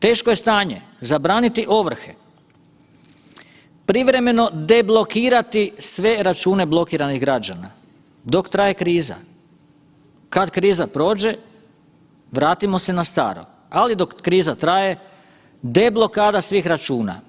Teško je stanje zabraniti ovrhe, privremeno deblokirati sve računa blokiranih građana dok traje kriza, kad kriza prođe vratimo se na staro, ali dok kriza traje deblokada svih računa.